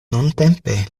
nuntempe